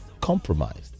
compromised